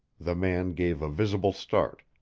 the man gave a visible start.